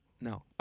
No